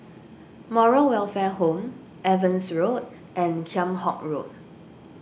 Moral Welfare Home Evans Road and Kheam Hock Road